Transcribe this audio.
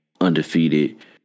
undefeated